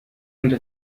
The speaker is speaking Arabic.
كنت